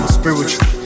spiritual